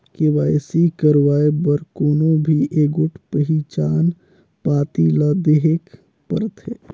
KYC करवाए बर कोनो भी एगोट पहिचान पाती ल देहेक परथे